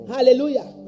Hallelujah